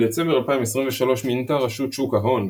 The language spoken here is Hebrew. בדצמבר 2023 מינתה רשות שוק ההון,